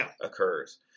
occurs